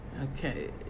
Okay